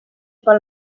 pel